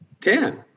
Ten